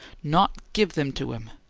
not give them to him!